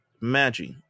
Magic